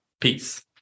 peace